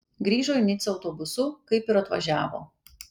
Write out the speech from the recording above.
grįžo į nicą autobusu kaip ir atvažiavo